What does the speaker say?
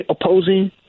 opposing